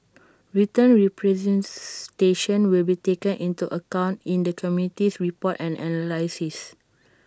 written representations will be taken into account in the committee's report and analysis